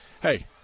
hey